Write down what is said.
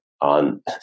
on